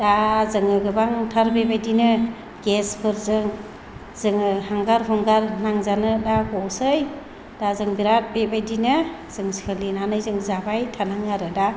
दा जोङो गोबांथार बेबायदिनो गेसफोरजों जोङो हांगार हुंगार नांजानो दा गसै दा जों बेराद बेबायदिनो जों सोलिनानै जों जाबाय थानाङो आरो दा